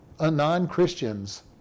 non-Christians